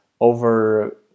over